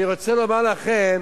אני רוצה לומר לכם